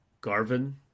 Garvin